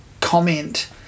comment